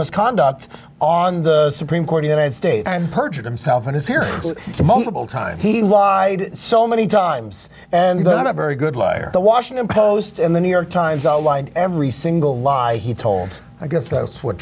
misconduct on the supreme court united states and perjured himself and is here to multiple times he lied so many times and they're not very good liars the washington post in the new york times outlined every single lie he told i guess that's what